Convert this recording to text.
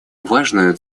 важную